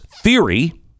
theory